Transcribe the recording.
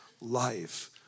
Life